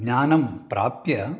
ज्ञानं प्राप्य